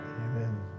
amen